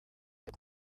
cyo